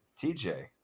TJ